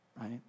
right